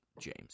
James